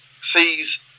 sees